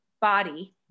body